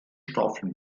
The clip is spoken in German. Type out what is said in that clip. staffel